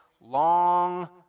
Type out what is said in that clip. long